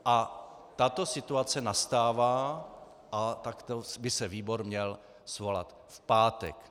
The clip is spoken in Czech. A tato situace nastává a takto by se výbor měl svolat v pátek.